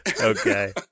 okay